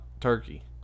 turkey